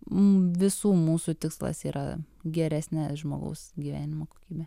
visų mūsų tikslas yra geresnė žmogaus gyvenimo kokybė